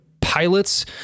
pilots